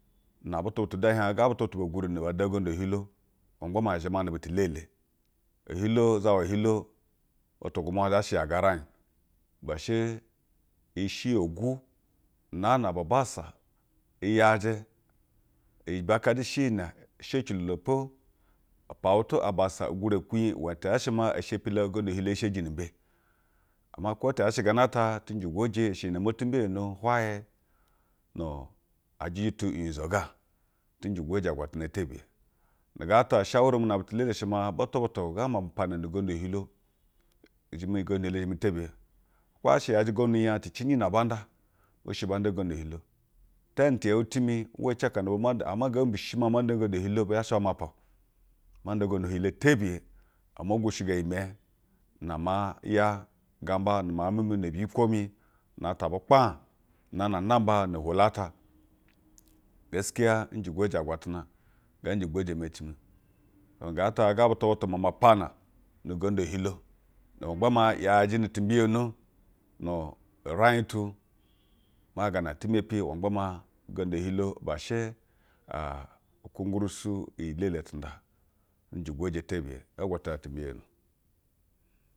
Na bụtụ bụtụ du ɛɛ hiɛg̱ ga bụtụ bụtụ gwuri bo nda ugondu ehilo ma gba maa i zhɛmanel bụtụ elele. Ehilo, uzawa ehilo bụtụ gwumwa zha shɛ yago urai go ibɛ shɛ, i shɛ ogwu unaa na babassa yajɛ, ibɛ kaa du shɛ iyi nɛ shɛ ecilo na po pa wutu abassa gwuri ekunyi iwɛnɛ ti yaa shɛ maa e shepi la ugondu ehilo ee sheji nu umbe. Ama kwo ti yaa shɛ gana ata tɛ njɛ gwoje i shɛ iyi nɛ mo ti mbiyono hwayɛ nu ajɛjɛ tu unyizo ga. Tɛ njɛ gwoje agwatana tebiye, nu gaa ta ushawura mu no, bụtụ elele shɛ maa bụtụ bụtụ ga mama pana nuugondu ehilo ejimi ugondu ehilo zhɛmɛ tebiye, kwo yaa she yajɛ ugondu nya ti cinji na aba nda, bɛ shɛ ba nda ugondu ehilo taa ni tɛyɛu ti mi uwa ci aka na hwo ma nda, ama ngee bi mbishi shi naa ma nda ugondu ehilo bɛ zha shɛ ba mapao. Ma nda ugondu ehilo tebiye omo gwushigo iyimɛnyɛ na ma ya gamba nu mi aug mi mi ne biyikwo mi na atwa vwe kpaag naa na namba no ohrolu ata. Geskiya njɛ gwoje agwatana, ngaa njɛ gwoje emeci mi. Nu gaa ta ga bụtụ bụtụ mama pana nu ugondu ehilo nu gba maa i zhajɛ nu ti mbiyono nu uraig tu maa gaa na eti mepi magba maa ugonu ehilo ubwa shɛ aa kwungwunrusu iyi elele a tɛnda njɛ gwoje tebiye ga agwatana ti mbiyeni.